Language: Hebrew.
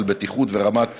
על בטיחות ורמת האוכל.